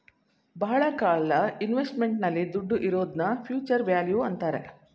ಬಹಳ ಕಾಲ ಇನ್ವೆಸ್ಟ್ಮೆಂಟ್ ನಲ್ಲಿ ದುಡ್ಡು ಇರೋದ್ನ ಫ್ಯೂಚರ್ ವ್ಯಾಲ್ಯೂ ಅಂತಾರೆ